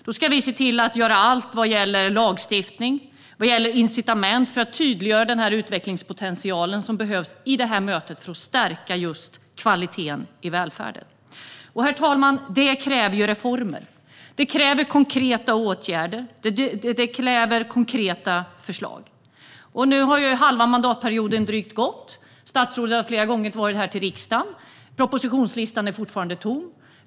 Då ska vi se till att göra allt vad gäller lagstiftning och vad gäller incitament för att tydliggöra den utvecklingspotential som behövs i detta möte för att stärka just kvaliteten i välfärden. Herr talman! Det kräver reformer. Det kräver konkreta åtgärder. Det kräver konkreta förslag. Nu har drygt halva mandatperioden gått. Statsrådet har varit här i riksdagen flera gånger. Propositionslistan är fortfarande tom.